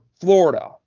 Florida